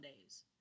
days